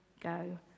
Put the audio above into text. go